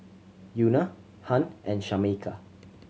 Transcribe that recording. Euna Hunt and Shameka